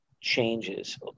changes